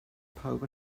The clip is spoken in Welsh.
pawb